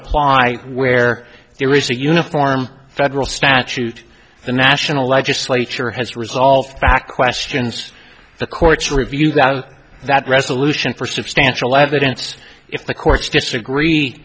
apply where there is a uniform federal statute the national legislature has resolved back question it's the courts review that that resolution for substantial evidence if the courts disagree